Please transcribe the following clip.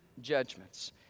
judgments